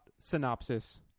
synopsis